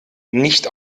nicht